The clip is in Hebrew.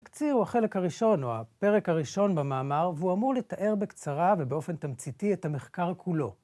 התקציר הוא החלק הראשון, או הפרק הראשון במאמר, והוא אמור לתאר בקצרה ובאופן תמציתי את המחקר כולו.